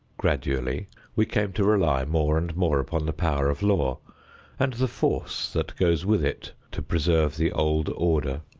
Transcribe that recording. gradually we came to rely more and more upon the power of law and the force that goes with it to preserve the old order.